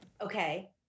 Okay